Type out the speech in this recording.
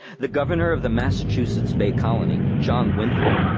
the governor of the massachusetts bay colony, john winthrop,